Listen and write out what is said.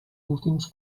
últims